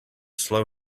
slow